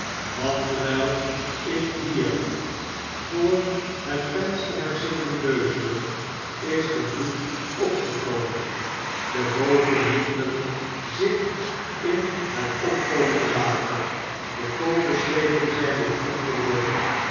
want terwyl ik hier voor het vensterheb zittenbeuzelen is de vloed opgekomen de bootenwiegelen zich in het opkomende water de kolenschepen zijn weer vlot geworden